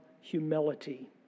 humility